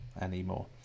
anymore